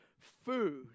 food